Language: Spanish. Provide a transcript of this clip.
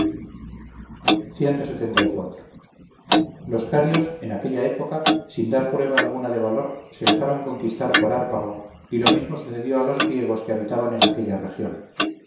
e infames los carios en aquella época sin dar prueba alguna de valor se dejaron conquistar por hárpago y lo mismo sucedió a los griegos que habitaban en aquella región